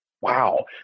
wow